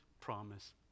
promise